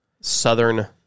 southern